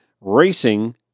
racing